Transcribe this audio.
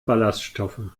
ballaststoffe